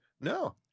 No